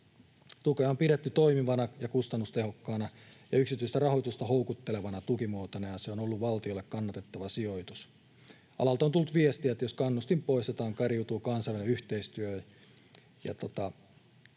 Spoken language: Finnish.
Tukea on pidetty toimivana ja kustannustehokkaana ja yksityistä rahoitusta houkuttelevana tukimuotona, ja se on ollut valtiolle kannatettava sijoitus. Alalta on tullut viestiä, että jos kannustin poistetaan, kariutuu kansainvälinen yhteistyö, johon